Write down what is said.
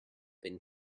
been